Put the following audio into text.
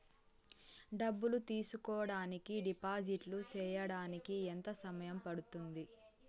డబ్బులు తీసుకోడానికి డిపాజిట్లు సేయడానికి ఎంత సమయం పడ్తుంది